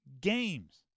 games